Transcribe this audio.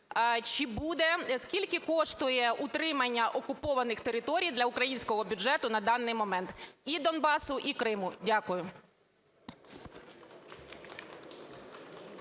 Чи буде… скільки коштує утримання окупованих територій для українського бюджету на даний момент і Донбасу, і Криму? Дякую.